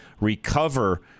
recover